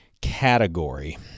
category